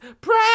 Pray